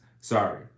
Sorry